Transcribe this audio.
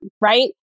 right